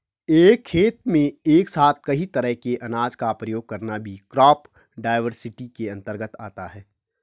एक खेत में एक साथ कई तरह के अनाज का प्रयोग करना भी क्रॉप डाइवर्सिटी के अंतर्गत आता है